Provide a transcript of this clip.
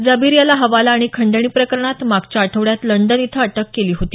जबीर याला हवाला आणि खंडणीप्रकरणात मागच्या आठवड्यात लंडन इथं अटक केली होती